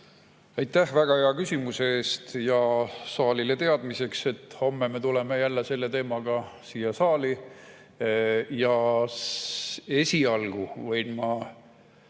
Aitäh väga hea küsimuse eest! Ja saalile teadmiseks, et homme me tuleme jälle selle teemaga siia saali. Ja esialgu võin ma